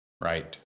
Right